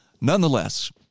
Nonetheless